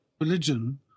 religion